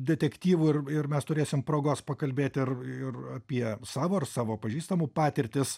detektyvų ir ir mes turėsim progos pakalbėt ir ir apie savo ir savo pažįstamų patirtis